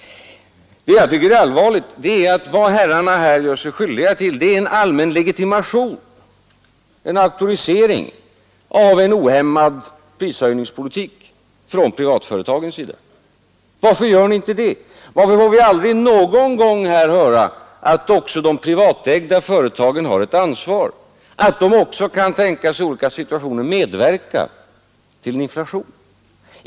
Det allvarliga är att herrarna här gör sig skyldiga till en allmän legitimation, en auktorisering av en ohämmad prishöjningspolitik från privatföretagens sida. Varför gör ni detta? Varför får vi aldrig någon gång här höra att också de privatägda företagen har ett ansvar, att också de kan tänkas i olika situationer medverka till en inflation?